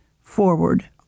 forward